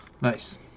Nice